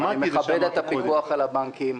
אני מכבד את הפיקוח על הבנקים.